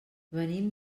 venim